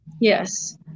Yes